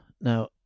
Now